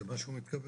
זה מה שהוא מתכוון.